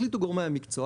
החליטו גורמי המקצוע